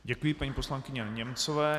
Děkuji paní poslankyni Němcové.